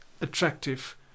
attractive